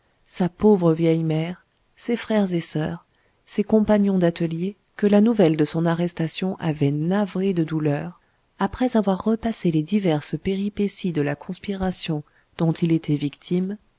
sa pauvre vieille mère ses frères et soeurs ses compagnons d'atelier que la nouvelle de son arrestation avait navrés de douleur après avoir repassé les diverses péripéties de la conspiration dont il était victime